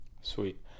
Sweet